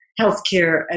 healthcare